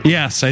Yes